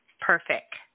Perfect